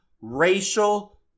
racial